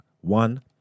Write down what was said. One